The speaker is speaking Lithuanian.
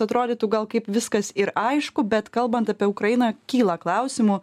atrodytų gal kaip viskas ir aišku bet kalbant apie ukrainą kyla klausimų